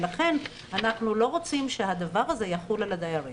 לכן אנחנו לא רוצים שהדבר הזה יחול על הדיירים.